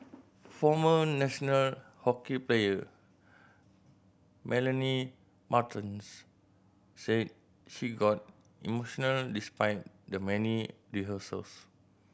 former national hockey player Melanie Martens said she got emotional despite the many rehearsals